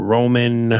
Roman